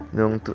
Nung